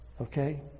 okay